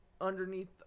underneath